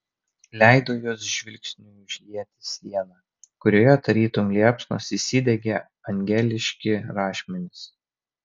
leido jos žvilgesiui užlieti sieną kurioje tarytum liepsnos įsidegė angeliški rašmenys